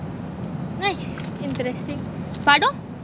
nice interesting padam